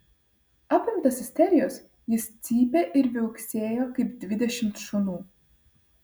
apimtas isterijos jis cypė ir viauksėjo kaip dvidešimt šunų